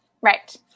Right